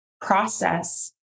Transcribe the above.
Process